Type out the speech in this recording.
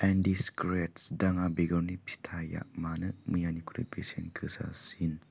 इन्डिसिक्रेत्स दाङा बेगरनि फिथाया मानो मैयानिख्रुइ बेसेन गोसासिन